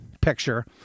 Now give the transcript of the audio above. picture